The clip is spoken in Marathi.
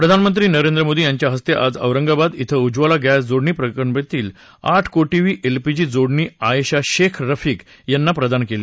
प्रधानमंत्री नरेंद्र मोदी यांच्या हस्ते आज औरंगाबाद श्वं उज्वला गॅस जोडणी योजनेतली आठ कोटीवी एलपीजी जोडणी आएशा शेख रफीक यांनी प्रदान केली